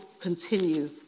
continue